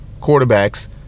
quarterbacks